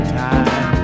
time